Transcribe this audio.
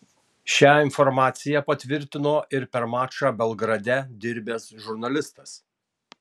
šią informacija patvirtino ir per mačą belgrade dirbęs žurnalistas